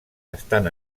estan